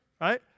right